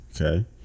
okay